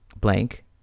blank